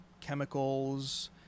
chemicals